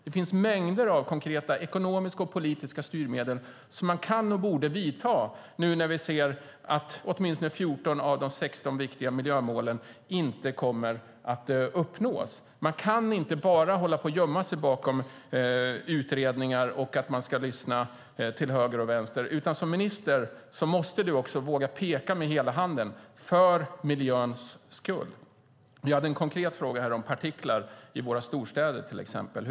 Det finns mängder av konkreta ekonomiska och politiska styrmedel som man kan och borde använda nu när vi ser att åtminstone 14 av de 16 viktiga miljömålen inte kommer att uppnås. Man kan inte bara gömma sig bakom utredningar och att man ska lyssna till höger och vänster. Som minister måste du också våga peka med hela handen för miljöns skull. Jag hade en konkret fråga om partiklar i våra storstäder, till exempel.